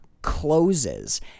Closes